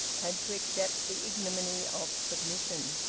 had to accept the ignominy of submission.